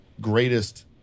greatest